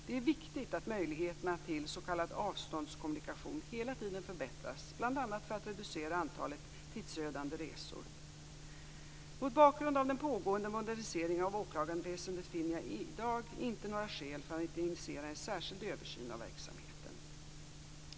Det är viktigt att möjligheterna till s.k. avståndskommunikation hela tiden förbättras, bl.a. för att reducera antalet tidsödande resor. Mot bakgrund av den pågående moderniseringen av åklagarväsendet finner jag i dag inte några skäl för att initiera en särskild översyn av verksamheten.